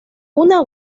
una